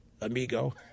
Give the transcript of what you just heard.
amigo